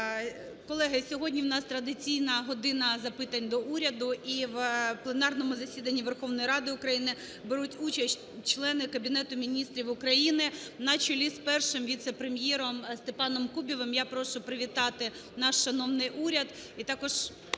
Колеги, сьогодні у нас традиційна година "запитань до Уряду". І в пленарному засіданні Верховної Ради України беруть участь члени Кабінету Міністрів України на чолі з Першим віце-прем'єром СтепаномКубівим. Я прошу привітати наш шановний уряд.